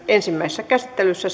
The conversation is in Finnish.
ensimmäisessä käsittelyssä